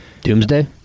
Doomsday